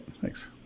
Thanks